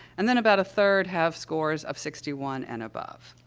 and then about a third have scores of sixty one and above.